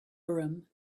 urim